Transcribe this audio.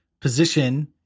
position